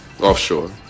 Offshore